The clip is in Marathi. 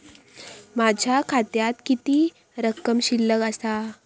माझ्या खात्यात किती रक्कम शिल्लक आसा?